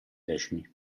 decimi